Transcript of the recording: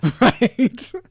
Right